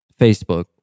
Facebook